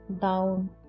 down